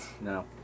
No